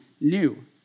new